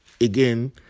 again